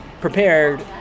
prepared